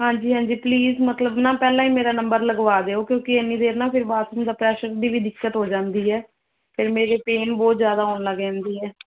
ਹਾਂਜੀ ਹਾਂਜੀ ਪਲੀਜ਼ ਮਤਲਬ ਨਾ ਪਹਿਲਾਂ ਹੀ ਮੇਰਾ ਨੰਬਰ ਲਗਵਾ ਦਿਓ ਕਿਉਂਕਿ ਇੰਨੀ ਦੇਰ ਨਾ ਫਿਰ ਬਾਥਰੂਮ ਦਾ ਪ੍ਰੈਸ਼ਰ ਦੀ ਵੀ ਦਿੱਕਤ ਹੋ ਜਾਂਦੀ ਹੈ ਫਿਰ ਮੇਰੇ ਪੇਨ ਬਹੁਤ ਜ਼ਿਆਦਾ ਹੋਣ ਲੱਗ ਜਾਂਦੀ ਹੈ